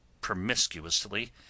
promiscuously